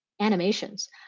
Animations